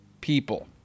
people